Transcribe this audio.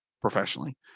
professionally